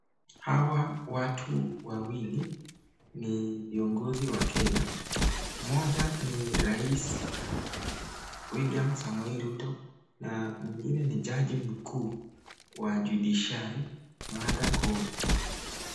Hawa watu wawili ni viongozi wa Kenya. Mmoja ni rais William Samoei Ruto na mwingine ni jaji mkuu wa judiciary Martha Koome.